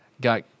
Got